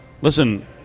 listen